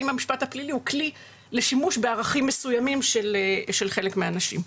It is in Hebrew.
אז האם המשפט הפלילי הוא כלי לשימוש בערכים מסוימים של חלק מהאנשים,